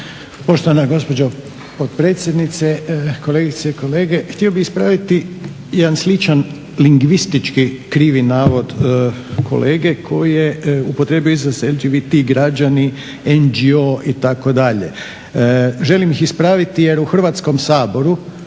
Poštovana gospođo potpredsjednice, kolegice i kolege. Htio bi ispraviti jedan sličan lingvistički krivi navod kolege, koji je upotrijebio izraz LGBT građani, NGO itd. Želim ih ispraviti jer u Hrvatskom saboru